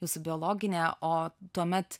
jūsų biologinė o tuomet